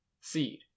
seed